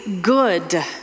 good